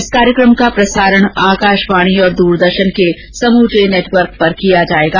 इस कार्यक्रम का प्रसारण आकाशवाणी और दुरदर्शन के समुचे नेटवर्क पर किया जाएगा